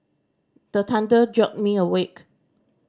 the thunder jolt me awake